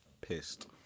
Pissed